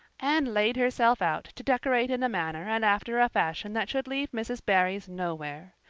anne laid herself out to decorate in a manner and after a fashion that should leave mrs. barry's nowhere.